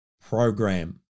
program